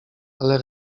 ale